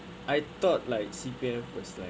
I thought like C_P_F was like